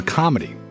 comedy